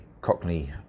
Cockney